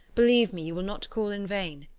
believe me, you will not call in vain.